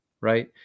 right